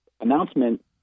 announcement